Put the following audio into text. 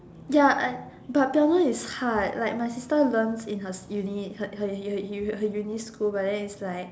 ya I but piano is hard like my sister learns in her uni in her her her uni school but then is like